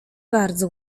bardzo